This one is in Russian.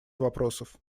вопросов